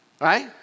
Right